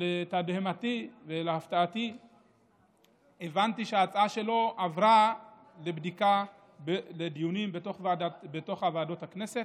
ולתדהמתי ולהפתעתי הבנתי שההצעה שלו עברה לדיונים בתוך ועדות הכנסת,